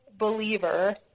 believer